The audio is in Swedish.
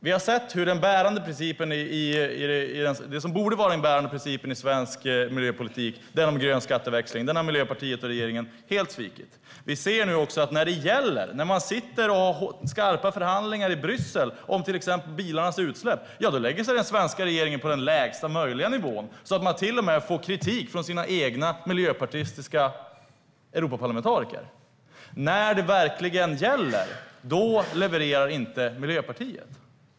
Vi har sett hur det som borde vara den bärande principen i svensk miljöpolitik, den om grön skatteväxling, helt har svikits av Miljöpartiet och regeringen. Vi ser också att när det verkligen gäller, när man sitter i skarpa förhandlingar i Bryssel om till exempel bilarnas utsläpp, lägger sig den svenska regeringen på den lägsta möjliga nivån så att man till och med får kritik från sina egna miljöpartistiska Europaparlamentariker. När det verkligen gäller levererar inte Miljöpartiet.